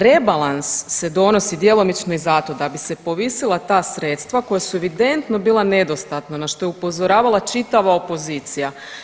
Rebalans se donosi djelomično i zato da bi se povisila ta sredstva koja su evidentno bila nedostatna na što je upozoravala čitava opozicija.